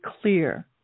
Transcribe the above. clear